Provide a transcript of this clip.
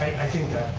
i think that,